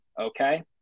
Okay